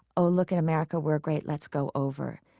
oh, look at america. we're great. let's go over.